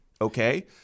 Okay